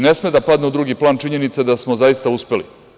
Ne sme da padne u drugi plan činjenica da smo zaista uspeli.